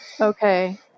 Okay